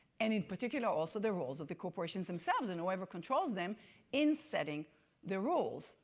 and in particular also the rules of the corporations themselves and whoever controls them in setting the rules.